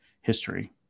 history